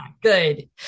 Good